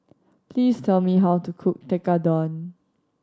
please tell me how to cook Tekkadon